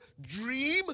dream